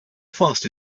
fast